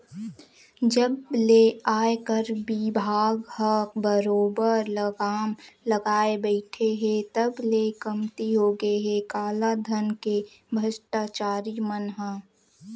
जब ले आयकर बिभाग ह बरोबर लगाम लगाए बइठे हे तब ले कमती होगे हे कालाधन के भस्टाचारी मन ह